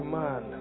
man